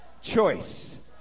Choice